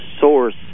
source